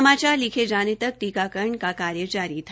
समाचार लिखे जाने तक टीकाकरण का कार्य जारी था